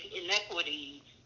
inequities